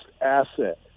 asset